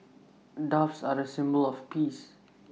doves are A symbol of peace